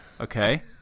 Okay